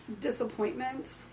disappointment